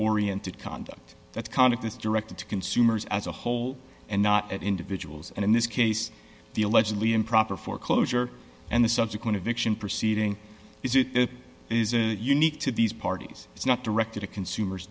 that conduct this directed to consumers as a whole and not at individuals and in this case the allegedly improper foreclosure and the subsequent addiction proceeding is it isn't unique to these parties it's not directed at consumer